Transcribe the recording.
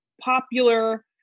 popular